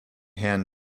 hand